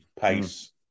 pace